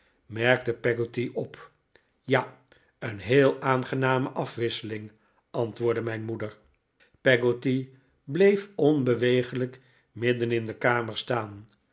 merkte peggotty op ja een heel aangename afwisseling antwoordde mijn moeder peggotty bleef onbeweeglijk midden in de kamer staan